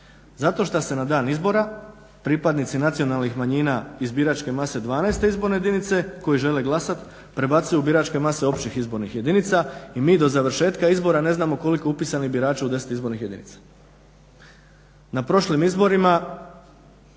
Zato što se na dan izbora pripadnici nacionalnih manjina iz biračke mase 12. izborne jedinice koji žele glasati prebacuju u biračke mase općih izbornih jedinica i mi do završetka izbora ne znamo koliko je upisanih birača u 10 izbornih jedinica.